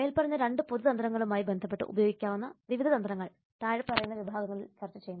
മേൽപ്പറഞ്ഞ രണ്ട് പൊതു തന്ത്രങ്ങളുമായി ബന്ധപ്പെട്ട് ഉപയോഗിക്കാവുന്ന വിവിധ തന്ത്രങ്ങൾ താഴെ പറയുന്ന വിഭാഗങ്ങളിൽ ചർച്ച ചെയ്യുന്നു